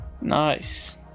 Nice